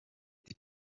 katy